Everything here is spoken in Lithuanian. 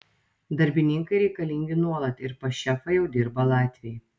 darbininkai reikalingi nuolat ir pas šefą jau dirba latviai